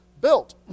built